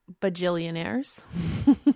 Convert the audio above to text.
bajillionaires